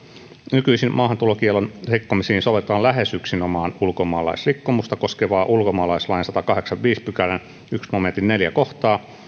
nykyisin maahantulokiellon rikkomisiin sovelletaan lähes yksinomaan ulkomaalaisrikkomusta koskevaa ulkomaalaislain sadannenkahdeksannenkymmenennenviidennen pykälän ensimmäisen momentin neljäs kohtaa